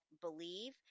believe